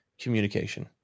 communication